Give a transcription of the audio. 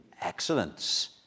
excellence